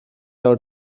out